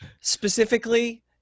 Specifically